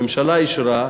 הממשלה אישרה,